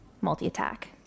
multi-attack